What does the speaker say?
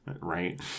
right